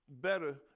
better